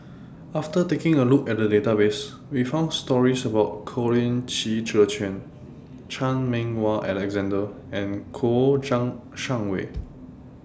after taking A Look At The Database We found stories about Colin Qi Zhe Quan Chan Meng Wah Alexander and Kouo Shang Wei